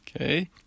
Okay